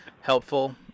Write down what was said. helpful